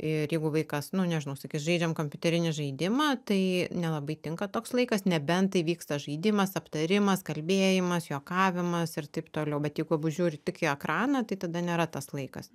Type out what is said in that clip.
ir jeigu vaikas nu nežinau sakys žaidžiam kompiuterinį žaidimą tai nelabai tinka toks laikas nebent tai vyksta žaidimas aptarimas kalbėjimas juokavimas ir taip toliau bet jeigu abu žiūrit tik į ekraną tai tada nėra tas laikas